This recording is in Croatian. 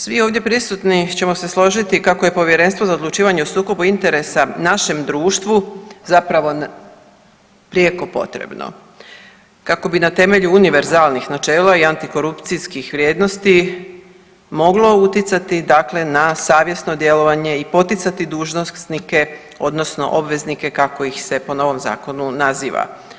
Svi ovdje prisutni ćemo se složiti kako je Povjerenstvo za odlučivanje o sukobu interesa našem društvu zapravo prijeko potrebno kako bi na temelju univerzalnih načela i antikorupcijskih vrijednosti moglo uticati dakle na savjesno djelovanje i poticati dužnosnike odnosno obveznike kako ih se po novom zakonu naziva.